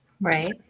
right